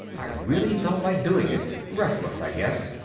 i really felt like doing it restless, i guess.